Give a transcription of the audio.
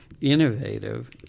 innovative